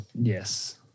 Yes